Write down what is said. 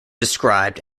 described